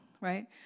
right